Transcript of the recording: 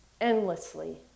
endlessly